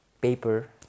paper